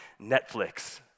Netflix